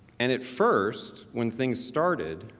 and at first when things started